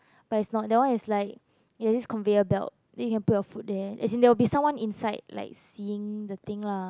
but it's not that one is like it's conveyor belt then you can put your food there as there will be someone inside like seeing the thing lah